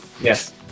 Yes